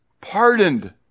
pardoned